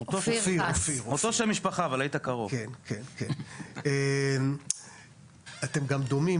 זה נכון, יש גם עניין